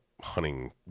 hunting